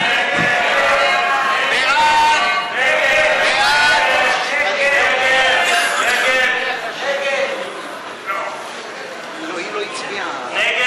ההסתייגויות (35) ולחלופין א' ג' של קבוצת סיעת יש עתיד לסעיף